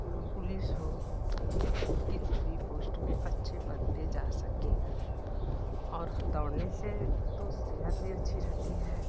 वो पुलिस हो किसी भी पोस्ट में अच्छे बच्चे जा सकते हैं और दौड़ने से तो सेहत भी अच्छी रहती है